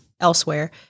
elsewhere